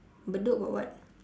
bedok got what